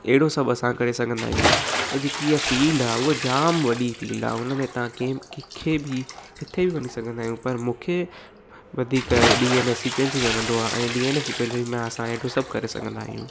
अहिड़ो सभु असां करे सघंदा आहियूं ऐं जेकी इहा फील्ड आहे उहा जाम वॾी फील्ड आहे उन में तव्हां कंहिं बि कंहिंखे बि किथे बि वञी सघंदा आहियो पर मूंखे वधीक डी ऐन ए सिक्वैंसिंग वणंदो आहे ऐं डी ऐन ए सिक्वैंसिंग में असां हेतिरो सभु करे सघंदा आहियूं